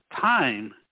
Time